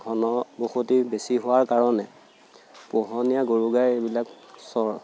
বসতি বেছি হোৱাৰ কাৰণে পোহনীয়া গৰু গাই এইবিলাক চৰ